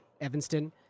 Evanston